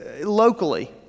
locally